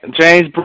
James